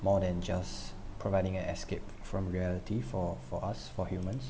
more than just providing an escape from reality for for us for humans